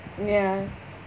ya